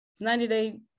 90-day